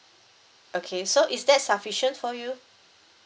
okay so is that sufficient for you